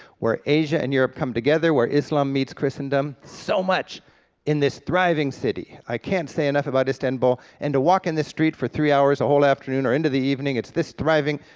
where asia and europe come together, where islam meets christendom, so much in this thriving city. city. i can't say enough about istanbul, and to walk in the street for three hours, a whole afternoon or into the evening, it's this thriving,